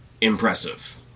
impressive